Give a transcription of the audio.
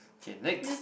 okay next